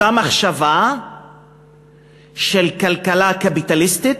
אותה מחשבה של כלכלה קפיטליסטית,